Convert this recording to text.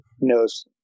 knows